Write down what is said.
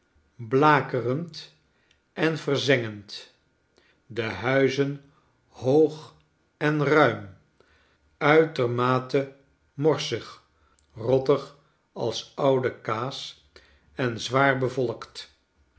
blakerend en verzengend de huizen hoog en ruim uitermate morsig rottig als oude kaas en zwaar bevolkt